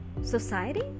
Society